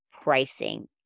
pricing